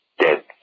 dead